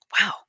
Wow